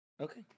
Okay